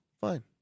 Fine